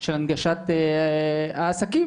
של הנגשת עסקים,